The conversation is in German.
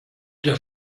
der